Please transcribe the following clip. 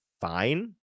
fine